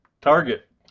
target